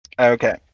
Okay